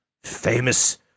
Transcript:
famous